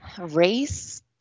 Race